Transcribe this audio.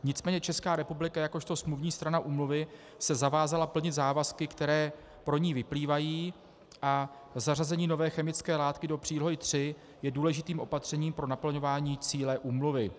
Nicméně Česká republika jakožto smluvní strana úmluvy se zavázala plnit závazky, které pro ni vyplývají, a zařazení nové chemické látky do Přílohy III je důležitým opatřením pro naplňování cíle úmluvy.